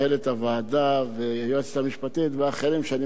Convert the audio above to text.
ואני משאיר את זה ליושב-ראש הוועדה.